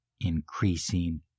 increasing